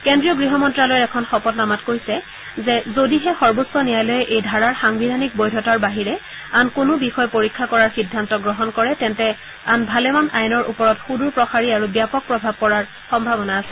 কেন্দ্ৰীয় গৃহ মন্ত্ৰালয়ৰ এখন শপতনামাত কৈছে যে যদিহে সৰ্বোচ্চ ন্যায়ালয়ে এই ধাৰাৰ সাংবিধানিক বৈধতাৰ বাহিৰে আন কোনো বিষয় পৰীক্ষা কৰাৰ সিদ্ধান্ত গ্ৰহণ কৰে তেন্তে আন ভালেমান আইনৰ ওপৰত সুদূৰপ্ৰসাৰী আৰু ব্যাপক প্ৰভাৱ পৰাৰ সম্ভাৱনা আছে